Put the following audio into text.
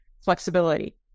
flexibility